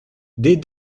des